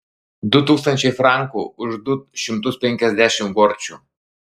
du tūkstančiai frankų už du šimtus penkiasdešimt gorčių